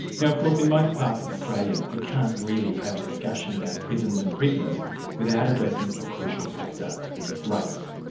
now of course in most parts of australia, you can't really have a discussion about prisons and prisoners without addressing a crucial factor race.